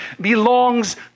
belongs